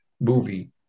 movie